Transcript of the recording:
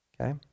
Okay